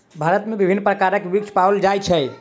भारत में विभिन्न प्रकारक वृक्ष पाओल जाय छै